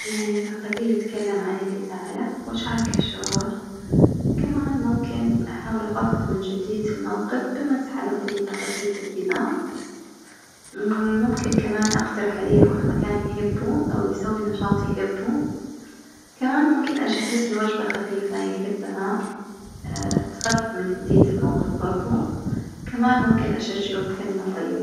يعني بخليه يتكلم عن اللي يزعله وأشاركه شعوره كمان ممكن أحاول أخفف من جدية الموقف بمزحة لطيفة خفيفة كدة، ممكن كمان أقترح عليه يروح مكان يحبه أو يسوي نشاط يحبه، كمان ممكن أجهزله وجبة خفيفة يحبها تخفف من حدية الموقف برظه، كمان ممكن أشجعه بكلمة طيبة.